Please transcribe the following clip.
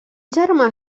germà